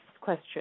question